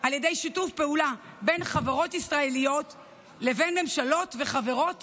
על ידי שיתוף פעולה בין חברות ישראליות לבין ממשלות וחברות